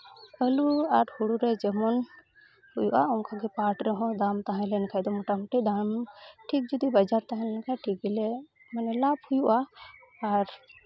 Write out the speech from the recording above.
ᱟᱹᱞᱩ ᱟᱨ ᱦᱩᱲᱩ ᱨᱮ ᱡᱮᱢᱚᱱ ᱦᱩᱭᱩᱜᱼᱟ ᱚᱱᱠᱟᱜᱮ ᱯᱟᱴ ᱨᱮᱦᱚᱸ ᱫᱟᱢ ᱛᱟᱦᱮᱸ ᱞᱮᱱᱠᱷᱟᱡ ᱫᱚ ᱢᱳᱴᱟᱢᱩᱴᱤ ᱫᱟᱢ ᱴᱷᱤᱠ ᱡᱚᱫᱤ ᱵᱟᱡᱟᱨ ᱛᱟᱦᱮᱸ ᱞᱮᱱᱠᱷᱟᱡ ᱴᱷᱤᱠ ᱜᱮᱞᱮ ᱢᱟᱱᱮ ᱞᱟᱵᱷ ᱦᱩᱭᱩᱜᱼᱟ ᱟᱨ